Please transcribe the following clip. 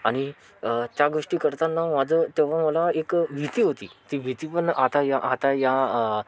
आणि अ त्या गोष्टी करताना माझं तेव्हा मला एक भीती होती ती भीती पण आता या आता या